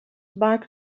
back